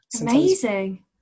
amazing